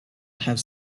have